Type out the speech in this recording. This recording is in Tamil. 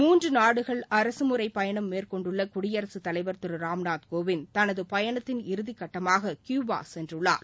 மூன்று நாடுகள் அரசமுறைப் பயணம் மேற்கொண்டுள்ள குடியரசுத்தலைவர் திரு ராம்நாத் கோவிந்த் தமது பயணத்தின் இறுதிகட்டமாக கியூபா சென்றுள்ளார்